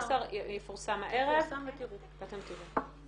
הנוסח יפורסם הערב ואתם תראו.